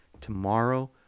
tomorrow